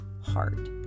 heart